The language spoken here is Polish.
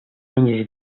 będziesz